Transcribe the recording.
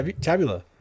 Tabula